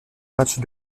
matchs